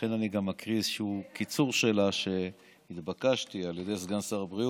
לכן אני גם אקריא איזשהו קיצור שלה שהתבקשתי על ידי סגן שר הבריאות: